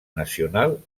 nacional